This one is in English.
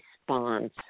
response